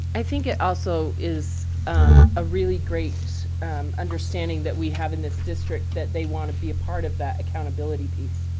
i think it also is a really great understanding that we have in this district that they want to be a part of that accountability piece.